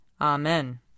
Amen